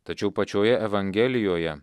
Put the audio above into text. tačiau pačioje evangelijoje